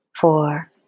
four